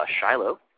Shiloh